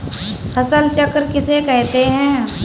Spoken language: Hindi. फसल चक्र किसे कहते हैं?